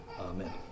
amen